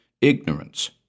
ignorance